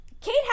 Kate